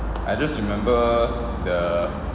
I just remember the